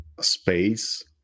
space